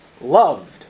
loved